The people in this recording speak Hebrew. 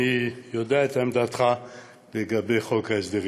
אני יודע את עמדתך לגבי חוק ההסדרים.